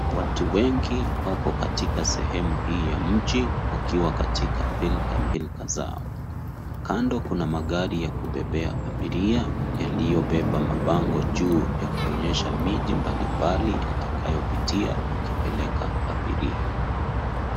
Watu wengi wako katika sehemu hii ya mji wakiwa katika pilka pilka zao. Kando kuna magari ya kubebea abiria yaliyobeba mabango juu ya kuonyesha miji mbali mbali yatakayopitia wakipeleka abiria .